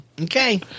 Okay